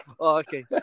okay